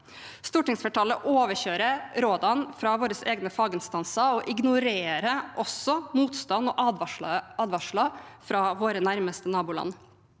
Stortingsflertallet overkjører rådene fra sine egne faginstanser og ignorerer også motstand og advarsler fra sine nærmeste naboland.